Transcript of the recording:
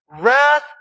Wrath